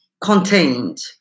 contained